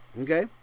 okay